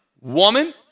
woman